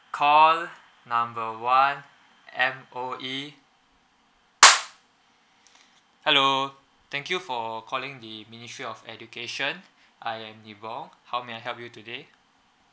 call number one M_O_E hello thank you for calling the ministry of education I am neville how may I help you today